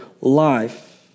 life